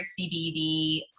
CBD